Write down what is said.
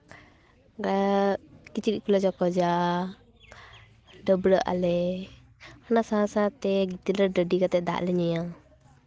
ᱠᱤᱪᱨᱤᱡ ᱠᱚᱞᱮ ᱪᱚᱠᱚᱡᱟ ᱰᱟᱹᱵᱽᱨᱟᱹᱜ ᱟᱞᱮ ᱚᱱᱟ ᱥᱟᱶ ᱥᱟᱶᱛᱮ ᱜᱤᱛᱞ ᱨᱮ ᱰᱟᱹᱰᱤ ᱠᱟᱛᱮᱜ ᱫᱟᱜ ᱞᱮ ᱧᱩᱭᱟ